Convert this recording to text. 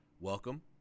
Welcome